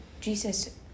Jesus